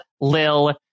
Lil